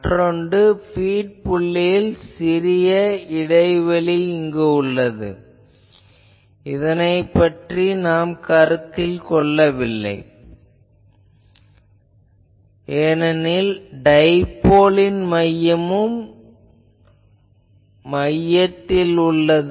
மற்றொன்று பீட் புள்ளியில் சிறிய இடைவெளி உள்ளது இதை நாம் கருத்தில் கொள்வதில்லை ஏனெனில் டைபோலின் மையமும் மையத்தில் உள்ளது